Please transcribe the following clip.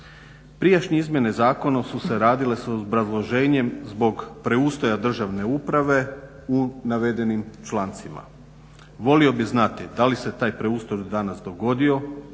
Prijašnje izmjene zakona su se radile s obrazloženjem zbog preustroja državne uprave u navedenim člancima. Volio bi znati da li se taj preustroj danas dogodio,